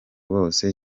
bose